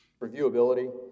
Reviewability